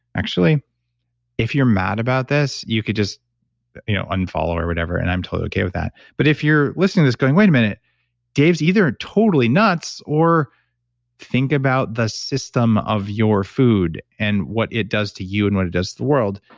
actually if you're mad about this, you could just you know unfollow or whatever. and i'm totally okay with that. but if you're listening to this and going, wait a minute dave is either totally nuts or think about the system of your food and what it does to you and what it does to the world.